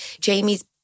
Jamie's